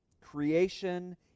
Creation